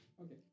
Okay